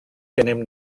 gennym